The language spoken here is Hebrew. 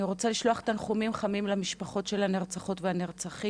אני רוצה לשלוח תנחומים חמים למשפחות של הנרצחות והנרצחים,